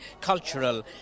cultural